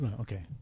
Okay